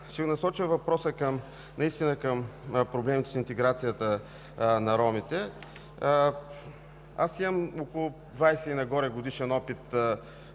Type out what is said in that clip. ще насоча въпроса наистина към проблемите с интеграцията на ромите. Аз имам около 20 и нагоре годишен опит